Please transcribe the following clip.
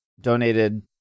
donated